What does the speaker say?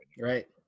right